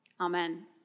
Amen